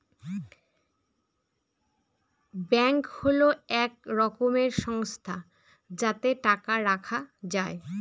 bank হল এক রকমের সংস্থা যাতে টাকা রাখা যায়